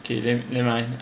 okay then never mind